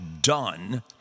done